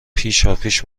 پیشاپیش